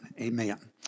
Amen